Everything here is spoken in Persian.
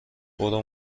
برو